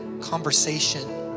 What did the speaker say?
conversation